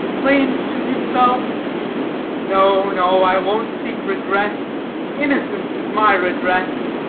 plained to himself no, no, i won't seek redress innocence is my redress.